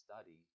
study